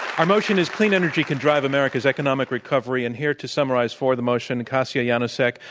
our motion is clean energy can drive america's economic recovery and here to summarize for the motion, kassia yanosek,